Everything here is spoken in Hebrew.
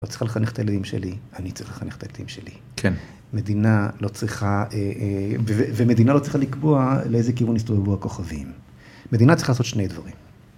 לא צריכה לחנך את הילדים שלי, אני צריך לחנך את הילדים שלי. כן. מדינה לא צריכה, ומדינה לא צריכה לקבוע לאיזה כיוון יסתובבו הכוכבים. מדינה צריכה לעשות שני דברים.